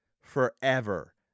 forever